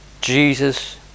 Jesus